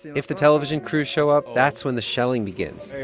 if the television crews show up, that's when the shelling begins.